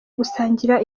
gusangira